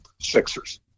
Sixers